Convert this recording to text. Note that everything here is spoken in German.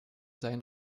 sein